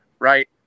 right